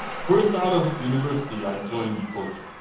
first out of university, i joined itochu.